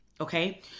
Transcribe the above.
Okay